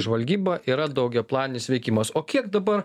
žvalgyba yra daugiaplanis veikimas o kiek dabar